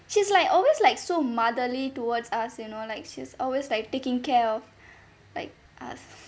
she's like always like so motherly towards us you know like she is always like taking care of like us